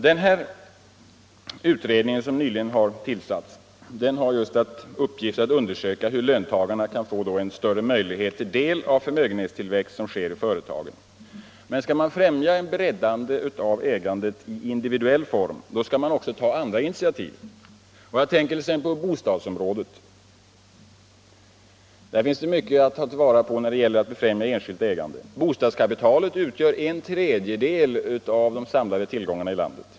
Den utredning som nyligen har tillsatts har just till uppgift att undersöka hur löntagarna kan få en större möjlighet till del av den förmögenhetstillväxt som sker i företagen. Men skall man främja en breddning av ägandet i individuell form, då skall man också ta andra initiativ. Jag tänker t.ex. på bostadsområdet. Där finns det mycket att göra när det gäller att befrämja enskilt ägande. Bostadskapitalet utgör en tredjedel av de samlade tillgångarna i landet.